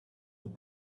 have